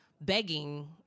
begging